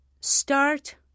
start